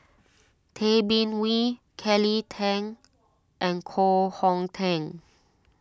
Tay Bin Wee Kelly Tang and Koh Hong Teng